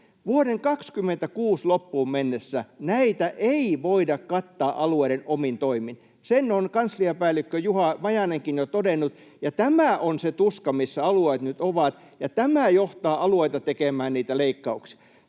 Vuoden 26 loppuun mennessä näitä ei voida kattaa alueiden omin toimin, sen on kansliapäällikkö Juha Majanenkin jo todennut, ja tämä on se tuska, missä alueet nyt ovat, ja tämä johtaa alueita tekemään niitä leikkauksia.